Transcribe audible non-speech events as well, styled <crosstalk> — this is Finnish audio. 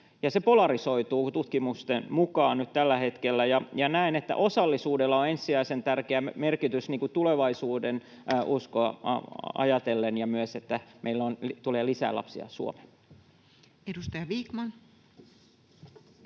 se polarisoituu tutkimusten mukaan nyt tällä hetkellä. Näen, että osallisuudella on ensisijaisen tärkeä merkitys <noise> ajatellen tulevaisuudenuskoa ja myös sitä, että meille tulee lisää lapsia Suomeen. [Speech